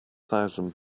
thousand